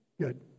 Good